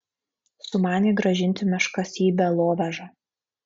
sumanė grąžinti meškas į belovežą